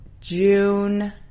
June